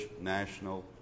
national